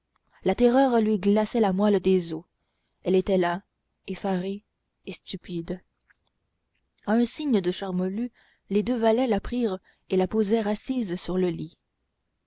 la terreur lui glaçait la moelle des os elle était là effarée et stupide à un signe de charmolue les deux valets la prirent et la posèrent assise sur le lit